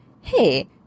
hey